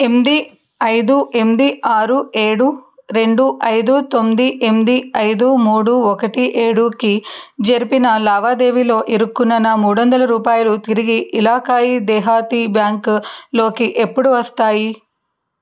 ఎనిమిది ఐదు ఎనిమిది ఆరు ఏడు రెండు ఐదు తొమ్మిది ఎనిమిది ఐదు మూడు ఒకటి ఏడుకి జరిపిన లావాదేవీలో ఇరుక్కున్న నా మూడు వందల రూపాయలు తిరిగి ఇలకాయి దేహతి బ్యాంక్లోకి ఎప్పుడు వస్తాయి